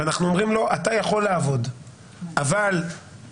ואנחנו אומרים לו: אתה יכול לעבוד אבל אדוני,